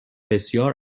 بسیار